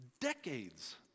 decades